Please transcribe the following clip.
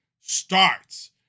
starts